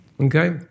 Okay